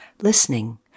listening